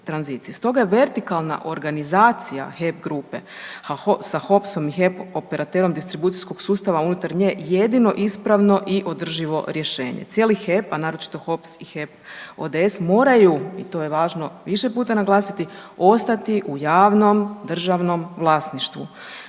Stoga je vertikalna organizacija HEP grupe sa HOPS-om i HEP-om operaterom distribucijskog sustava unutar nje jedino ispravno i održivo rješenje. Cijeli HEP, a naročito HOPS i HEP ODS moraju i to je važno više puta naglasiti ostati u javnom državnom vlasništvu.